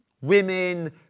Women